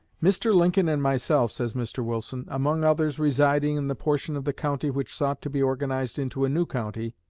mr. lincoln and myself, says mr. wilson, among others residing in the portion of the county which sought to be organized into a new county,